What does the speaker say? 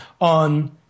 on